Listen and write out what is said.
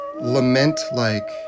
lament-like